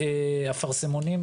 אין בה שום תוקף,